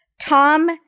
Tom